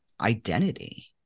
identity